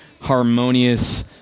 harmonious